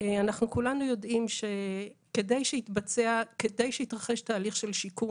אנחנו כולנו יודעים שכדי שיתבצע וכדי שיתרחש באמת תהליך של שיקום